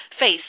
face